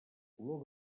color